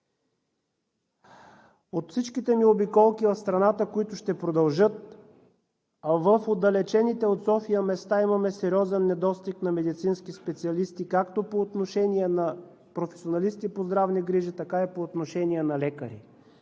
От всичките ми обиколки в страната, които ще продължат, в отдалечените от София места имаме сериозен недостиг на медицински специалисти, както по отношение на професионалисти по здравни грижи, така и по отношение на лекари.